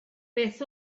beth